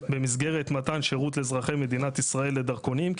במסגרת מתן שירות לאזרחי מדינת ישראל לדרכונים.